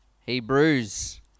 Hebrews